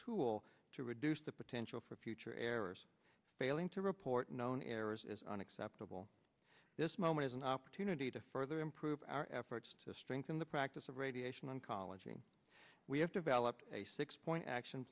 tool to reduce the potential for future errors failing to report known errors is unacceptable this moment is an opportunity to further improve our efforts to strengthen the practice of radiation oncology we have developed a six point action